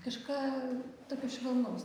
kažką tokio švelnaus